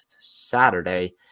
Saturday